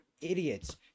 idiots